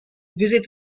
visit